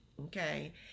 okay